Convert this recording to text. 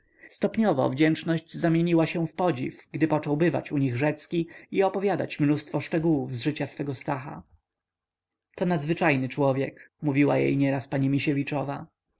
stopniowo wdzięczność zamieniła się w podziw gdy począł bywać u nich rzecki i opowiadać mnóstwo szczegółów z życia swojego stacha to nadzwyczajny człowiek mówiła jej nieraz pani misiewiczowa pani